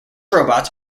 robots